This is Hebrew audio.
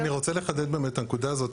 אני רוצה לחדד באמת את הנקודה הזאת,